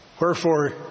Wherefore